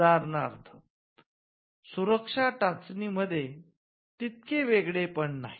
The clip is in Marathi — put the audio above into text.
उदाहरणार्थ सुरक्षा चाचणी मध्ये तितके वेगळेपण नाही